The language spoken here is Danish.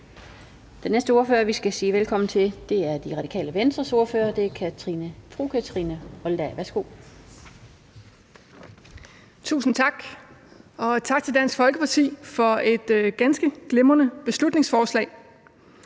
Den næste ordfører, vi skal sige velkommen til, er Det Radikale Venstres ordfører, og det er fru Kathrine Olldag. Værsgo. Kl. 13:18 (Ordfører) Kathrine Olldag (RV): Tusind tak, og tak til Dansk Folkeparti for et ganske glimrende beslutningsforslag.